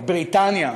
בריטניה,